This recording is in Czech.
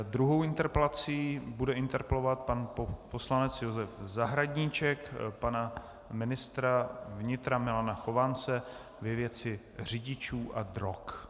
Druhou interpelací bude interpelovat pan poslanec Josef Zahradníček pana ministra vnitra Milana Chovance ve věci řidičů a drog.